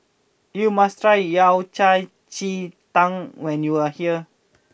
you must try Yao Cai Ji Tang when you are here